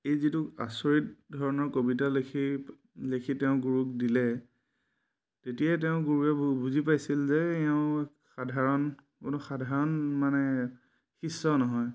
এই যিটো আচৰিত ধৰণৰ কবিতা লিখি লিখি তেওঁ গুৰুক দিলে তেতিয়াই তেওঁৰ গুৰুৱে বুজি পাইছিল যে এওঁ সাধাৰণ কোনো সাধাৰণ মানে শিষ্য নহয়